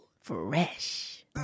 Fresh